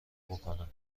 بکنم